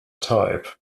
type